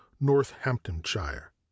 Northamptonshire